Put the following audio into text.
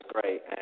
great